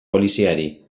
poliziari